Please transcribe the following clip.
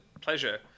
pleasure